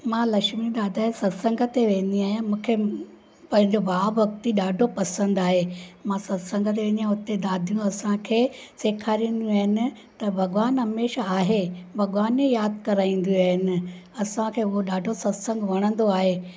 मां लक्ष्मी दादा जे सत्संग ते वेंदी आहियां मूंखे पंहिंजो भाव भक्ति ॾाढो पसंदि आहे मां सत्संग ते वेंदी आहियां उते दादियूं असांखे सेखारींदियूं आहिनि त भॻवानु हमेशा आहे भॻवान ई यादि कराईंदियूं आहिनि असांखे उहो ॾाढो सत्संगु वणंदो आहे